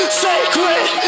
sacred